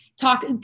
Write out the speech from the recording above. talk